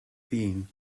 being